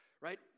right